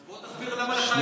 אז בוא תסביר, למה לחיילים אין?